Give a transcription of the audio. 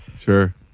Sure